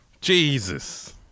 Jesus